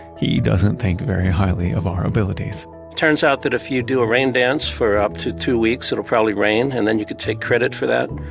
he doesn't think very highly of our abilities it turns out that if you do a rain dance for up to two weeks, it'll probably rain, and then you could take credit for that.